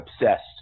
obsessed